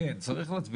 וכן, לקרוא